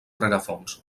rerefons